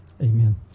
Amen